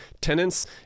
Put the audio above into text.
tenants